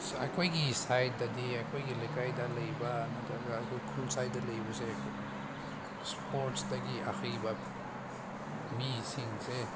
ꯑꯩꯈꯣꯏꯒꯤ ꯁꯥꯏꯠꯇꯗꯤ ꯑꯩꯈꯣꯏꯒꯤ ꯂꯩꯀꯥꯏꯗ ꯂꯩꯕ ꯅꯠꯇ꯭ꯔꯒ ꯑꯩꯈꯣꯏ ꯈꯨꯜ ꯁ꯭ꯋꯥꯏꯗ ꯂꯩꯕꯁꯦ ꯀꯩꯅꯣ ꯏꯁꯄꯣꯔꯠꯁꯇꯒꯤ ꯑꯍꯩꯕ ꯃꯤꯁꯤꯡꯁꯦ